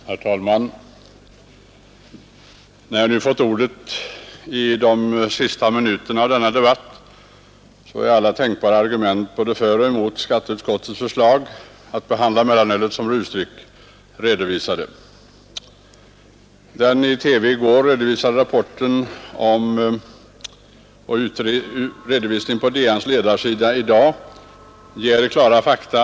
Herr talman! När jag nu fått ordet i de sista minuterna av denna debatt är alla tänkbara argument både för och emot skatteutskottets förslag, att behandla mellanölet som rusdryck, redovisade. Den i TV i går redovisade rapporten och redovisningen på Dagens Nyheters ledarsida i dag ger klara fakta.